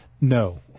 no